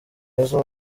mwiza